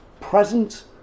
present